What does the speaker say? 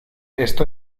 esto